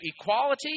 equality